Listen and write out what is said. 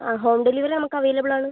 ആ home delivery നമുക്ക് അവൈലബിളാണ്